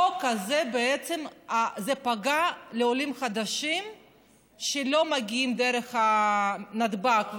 החוק הזה בעצם פגע בעולים חדשים שלא מגיעים דרך נתב"ג,